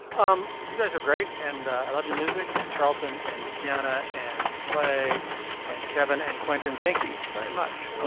um you guys are great and i love your music and charlton and kiana and clay and kevin and quentin. thank you very much.